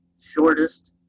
shortest